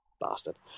Bastard